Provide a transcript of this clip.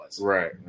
Right